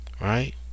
right